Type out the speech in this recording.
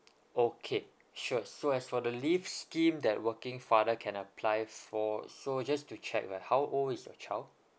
okay sure so as for the leave scheme that working father can apply for so just to check right how old is your child